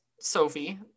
Sophie